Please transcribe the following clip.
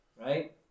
right